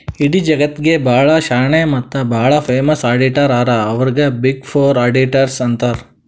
ಇಡೀ ಜಗತ್ನಾಗೆ ಭಾಳ ಶಾಣೆ ಮತ್ತ ಭಾಳ ಫೇಮಸ್ ಅಡಿಟರ್ ಹರಾ ಅವ್ರಿಗ ಬಿಗ್ ಫೋರ್ ಅಡಿಟರ್ಸ್ ಅಂತಾರ್